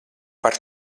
par